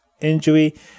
injury